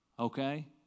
Okay